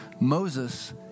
Moses